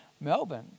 Melbourne